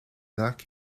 lac